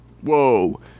Whoa